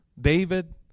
David